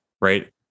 right